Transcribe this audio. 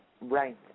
right